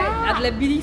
ya